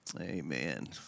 Amen